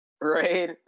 right